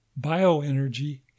Bioenergy